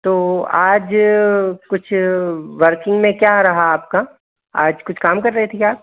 तो आज कुछ वर्किंग में क्या रहा आपका आज कुछ काम कर रहे थे क्या आप